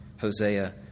Hosea